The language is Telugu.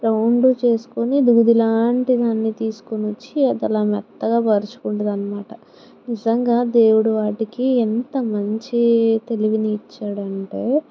రౌండుగా చేసుకుని దూది లాంటి దాన్ని తీసుకొని వచ్చి ఎదలా మెత్తగా పరుచుకుంటుంది అన్నమాట నిజంగా దేవుడు వాటికి ఎంత మంచి తెలివిని ఇచ్చాడు అంటే